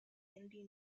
indy